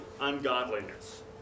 ungodliness